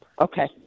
Okay